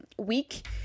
week